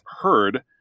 heard